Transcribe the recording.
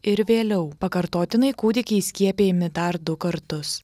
ir vėliau pakartotinai kūdikiai skiepijami dar du kartus